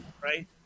Right